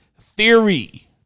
theory